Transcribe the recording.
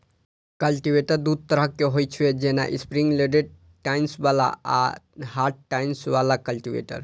cultivator दू तरहक होइ छै, जेना स्प्रिंग लोडेड टाइन्स बला आ हार्ड टाइन बला कल्टीवेटर